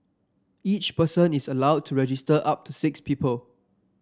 each person is allowed to register up to six people